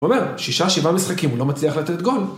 הוא אומר שישה שבעה משחקים הוא לא מצליח לתת גול